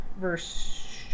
verse